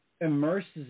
immerses